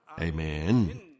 Amen